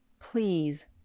please